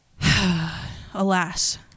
Alas